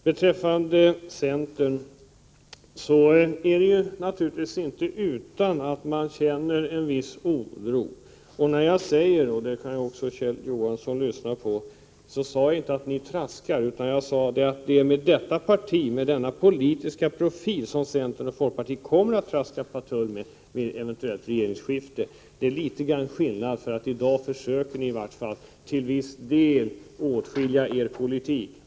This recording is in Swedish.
Beträffande centern är det naturligtvis inte utan att man känner en viss oro —också Kjell Johansson kan lyssna på detta. Jag sade inte att ni traskar patrull utan talade om det parti som centern och folkpartiet kommer att traska patrull med efter ett eventuellt regeringsskifte. Däri ligger alltså en liten skillnad. I dag försöker ni i varje fall i viss mån ha åtskild politik.